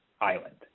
Island